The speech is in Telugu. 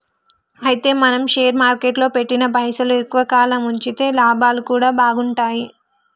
అయితే మనం షేర్ మార్కెట్లో పెట్టిన పైసలు ఎక్కువ కాలం ఉంచితే లాభాలు కూడా బాగుంటాయి